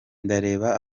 ndareba